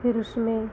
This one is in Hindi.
फिर उसमें